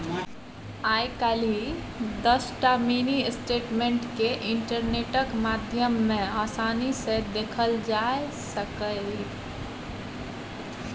आइ काल्हि दसटा mini statement केँ इंटरनेटक माध्यमे आसानी सँ देखल जा सकैए